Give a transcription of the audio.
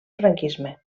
franquisme